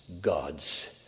God's